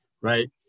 right